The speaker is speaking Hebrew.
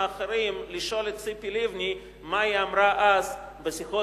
אחרים לשאול את ציפי לבני מה היא אמרה אז בשיחות